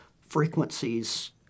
frequencies